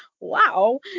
wow